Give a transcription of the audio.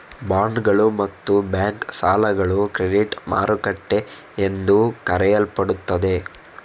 ಬಾಂಡುಗಳು ಮತ್ತು ಬ್ಯಾಂಕ್ ಸಾಲಗಳು ಕ್ರೆಡಿಟ್ ಮಾರುಕಟ್ಟೆ ಎಂದು ಕರೆಯಲ್ಪಡುತ್ತವೆ